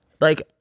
Like-